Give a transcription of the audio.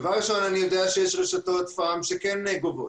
דבר ראשון, אני יודע שיש רשתות פארם שכן גובות.